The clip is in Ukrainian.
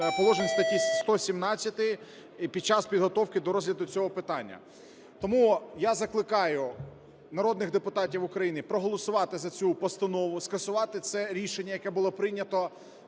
положень статті 117, під час підготовки до розгляду цього питання. Тому я закликаю народних депутатів України проголосувати за цю постанову, скасувати це рішення, яке було прийнято